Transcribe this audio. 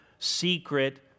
Secret